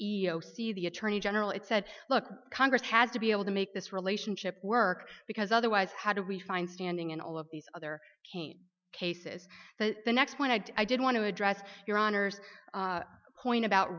c the attorney general it said look congress has to be able to make this relationship work because otherwise how do we find standing in all of these other cases that the next one to i did want to address your honor's point about